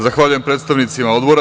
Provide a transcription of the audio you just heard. Zahvaljujem predstavnicima odbora.